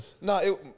no